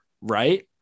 Right